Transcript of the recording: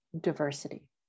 diversity